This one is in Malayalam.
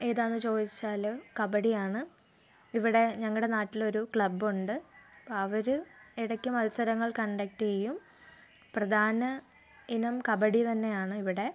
ഏതാണെന്ന് ചോദിച്ചാൽ കബഡിയാണ് ഇവിടെ ഞങ്ങളുടെ നാട്ടിൽ ഒരു ക്ലബ് ഉണ്ട് അപ്പം അവർ ഇടക്ക് മത്സരങ്ങൾ കൺഡക്റ്റ് ചെയ്യും പ്രധാന ഇനം കബഡി തന്നെയാണ് ഇവിടെ